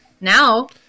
now